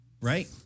Right